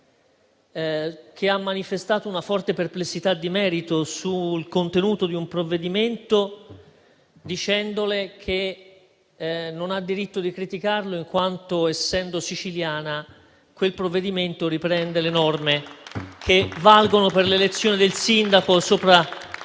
che ha manifestato una forte perplessità di merito sul contenuto di un provvedimento, dicendole che non ha diritto di criticarlo in quanto siciliana, visto che quel provvedimento riprende le norme che valgono per l'elezione del sindaco nei